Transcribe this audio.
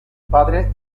padre